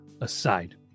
aside